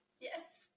Yes